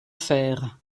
fer